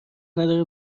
نداره